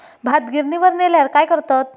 भात गिर्निवर नेल्यार काय करतत?